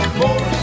more